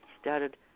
started